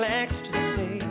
ecstasy